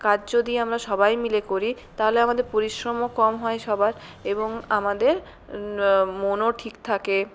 কাজ যদি আমরা সবাই মিলে করি তাহলে আমাদের পরিশ্রমও কম হয় সবার এবং আমাদের মনও ঠিক থাকে